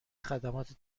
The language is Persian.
خدمات